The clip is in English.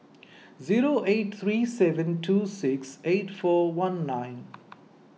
zero eight three seven two six eight four one nine